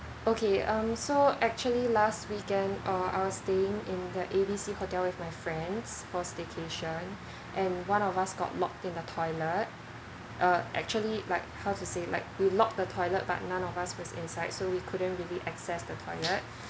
okay um so actually last weekend uh I was staying in the A_B_C hotel with my friends for staycation and one of us got locked in the toilet uh actually like how to say like we locked the toilet but none of us was inside so we couldn't really access the toilet